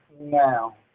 now